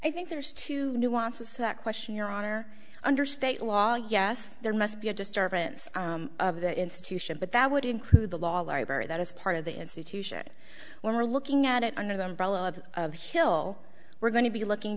i think there's two nuances that question your honor under state law yes there must be a disturbance of the institution but that would include the law library that is part of the institution when we're looking at it under the umbrella of hill we're going to be looking